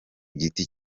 giti